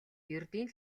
ердийн